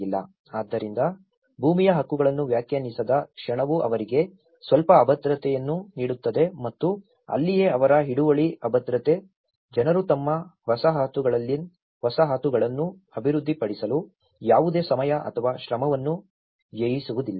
ಆದ್ದರಿಂದ ಭೂಮಿಯ ಹಕ್ಕುಗಳನ್ನು ವ್ಯಾಖ್ಯಾನಿಸದ ಕ್ಷಣವು ಅವರಿಗೆ ಸ್ವಲ್ಪ ಅಭದ್ರತೆಯನ್ನು ನೀಡುತ್ತದೆ ಮತ್ತು ಅಲ್ಲಿಯೇ ಅವರ ಹಿಡುವಳಿ ಅಭದ್ರತೆ ಜನರು ತಮ್ಮ ವಸಾಹತುಗಳನ್ನು ಅಭಿವೃದ್ಧಿಪಡಿಸಲು ಯಾವುದೇ ಸಮಯ ಅಥವಾ ಶ್ರಮವನ್ನು ವ್ಯಯಿಸುವುದಿಲ್ಲ